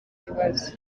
kibazo